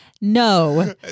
No